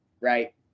Right